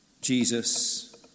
Jesus